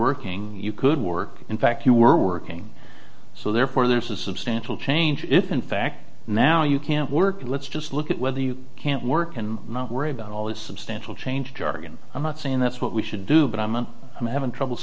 working you could work in fact you were working so therefore there's a substantial change if in fact now you can't work let's just look at whether you can't work and not worry about all this substantial change jargon i'm not saying that's what we should do but i meant i'm having trouble